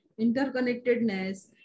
interconnectedness